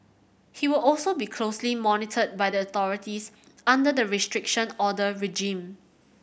he will also be closely monitored by the authorities under the Restriction Order regime